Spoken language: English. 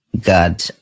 God